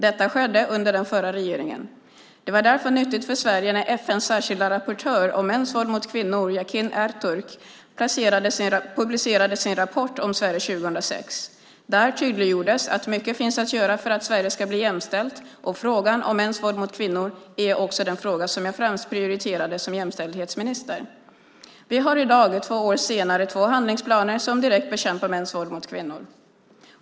Detta skedde under den förra regeringen. Det var därför nyttigt för Sverige när FN:s särskilda rapportör om mäns våld mot kvinnor, Yakin Ertürk, publicerade sin rapport om Sverige 2006. Där tydliggjordes att mycket finns att göra för att Sverige ska bli jämställt, och frågan om mäns våld mot kvinnor är också den fråga som jag främst prioriterade som jämställdhetsminister. Vi har i dag, två år senare, två handlingsplaner som direkt bekämpar mäns våld mot kvinnor.